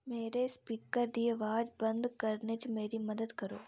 मेरे स्पीकर दी अवाज बंद करने च मेरी मदद करो